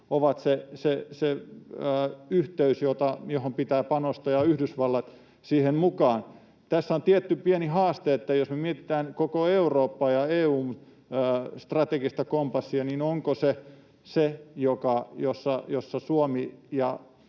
ovat se yhteys, johon pitää panostaa, ja Yhdysvallat siihen mukaan. Tässä on tietty pieni haaste, jos me mietitään koko Eurooppaa ja EU:n strategista kompassia, onko se se, jossa Suomi ja